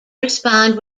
respond